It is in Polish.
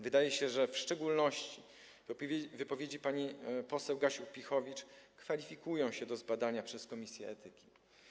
Wydaje się, że w szczególności wypowiedzi pani poseł Gasiuk-Pihowicz kwalifikują się do zbadania przez komisję etyki.